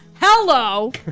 Hello